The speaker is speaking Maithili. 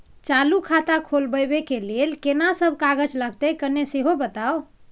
चालू खाता खोलवैबे के लेल केना सब कागज लगतै किन्ने सेहो बताऊ?